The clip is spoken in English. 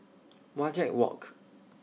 Wajek Walk